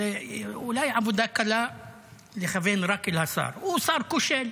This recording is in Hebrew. זאת אולי עבודה קלה לכוון רק אל השר, הוא שר כושל,